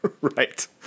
Right